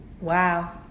Wow